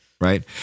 Right